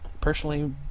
personally